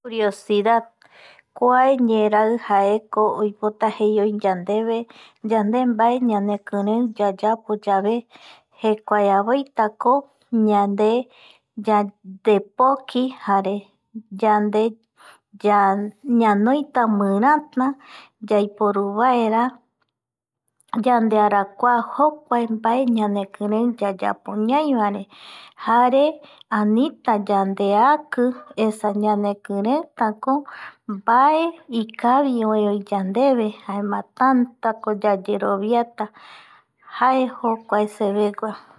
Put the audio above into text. Curiosidda kua ñeerai jaeko oipota jei oi yandeve yande mbae ñanekirei yayapo yave jekuaeavetakoñyande yandepoki jare yande ñanoita mirata yaiporuvaera yandearakua jokuae mbae ñanekirei yayapovae ñaivaere jaere anita yandeaki esa ñanekireitako mbae ikavi oe oi yndeve jaema tantako yayeroviata jae jokuae sevegua